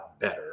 better